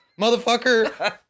Motherfucker